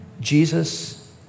Jesus